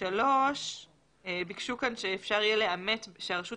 ביקשו שהרשות